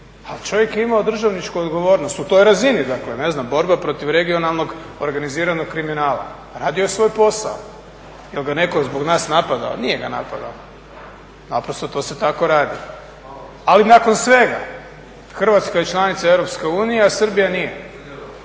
Ali čovjek je imao državničku odgovornost, u toj razini dakle. Ne znam, borba protiv regionalnog organiziranog kriminala, radio je svoj posao. Jel ga netko zbog nas napadao? Nije ga napadao. Naprosto to se tako radi. Ali nakon svega Hrvatska je članica EU, a Srbija nije.